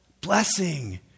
Blessing